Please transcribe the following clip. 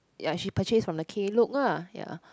ya she purchased from the Klook lah